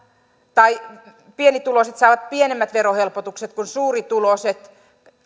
tai pienituloiset saavat pienemmät verohelpotukset kuin suurituloiset